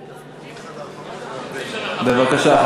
בבקשה.